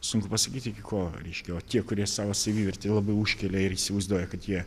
sunku pasakyti iki ko reiškia o tie kurie savo savivertę labai užkelia ir įsivaizduoja kad jie